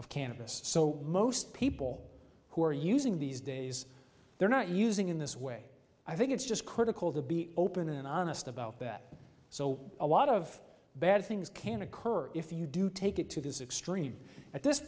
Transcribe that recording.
of cannabis so most people who are using these days they're not using in this way i think it's just critical to be open and honest about that so a lot of bad things can occur if you do take it to his extreme at this